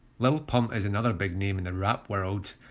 lil pump is another big name in the rap world,